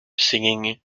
singing